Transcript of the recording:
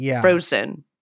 frozen